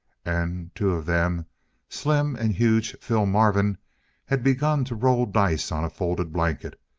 and two of them slim and huge phil marvin had begun to roll dice on a folded blanket,